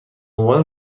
عنوان